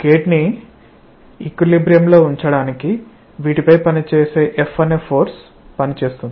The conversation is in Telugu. గేట్ ని ఈక్విలిబ్రియమ్ లో ఉంచడానికి వీటిపై F అనే ఫోర్స్ పని చేస్తుంది